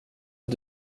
att